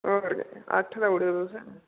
होर केह् अट्ठ देउड़यो तुस